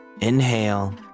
Inhale